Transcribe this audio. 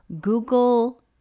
Google